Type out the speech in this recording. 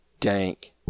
dank